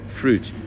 fruit